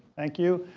thank you.